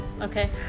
Okay